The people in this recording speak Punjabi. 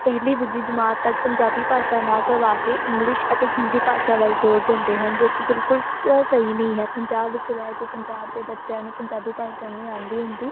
ਪਹਿਲੀ ਦੂਜੀ ਜਮਾਤ ਤੱਕ ਪੰਜਾਬੀ ਭਾਸ਼ਾ ਨਾ ਕਰਵਾ ਕੇ ਇੰਗਲਿਸ਼ ਅਤੇ ਹਿੰਦੀ ਭਾਸ਼ਾ ਵੱਲ ਜੋਰ ਦਿੰਦੇ ਹਨ ਜੋ ਕਿ ਬਿਲਕੁਲ ਸਹੀ ਨਹੀਂ ਹੈ ਪੰਜਾਬ ਵਿੱਚ ਰਹਿ ਕੇ ਪੰਜਾਬ ਦੇ ਬੱਚਿਆਂ ਨੂੰ ਪੰਜਾਬੀ ਭਾਸ਼ਾ ਨਹੀਂ ਆਉਂਦੀ ਹੁੰਦੀ